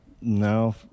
no